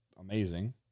amazing